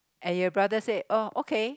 and your brother said oh okay